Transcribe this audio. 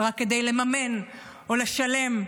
רק כדי לממן או לשלם,